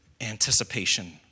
anticipation